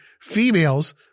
females